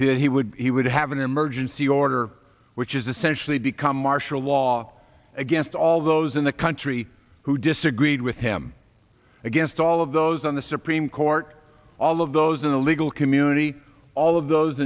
he would he would have an emergency order which is essentially become martial law against all those in the country who disagreed with him against all of those on the supreme court all of those in the legal community all of those